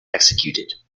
executed